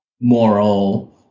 moral